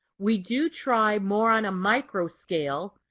we do try more on a micro scale,